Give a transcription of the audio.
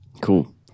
Cool